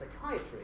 psychiatry